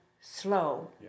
slow